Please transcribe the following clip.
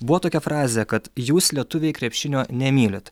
buvo tokia frazė kad jūs lietuviai krepšinio nemylit